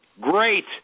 great